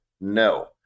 No